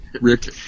Rick